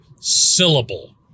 syllable